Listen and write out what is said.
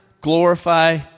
glorify